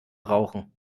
rauchen